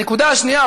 הנקודה השנייה,